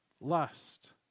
lust